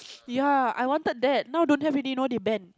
ya I wanted that now don't have already you know they ban